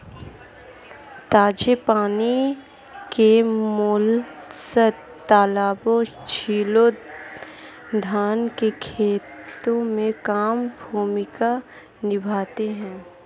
ताजे पानी के मोलस्क तालाबों, झीलों, धान के खेतों में आम भूमिका निभाते हैं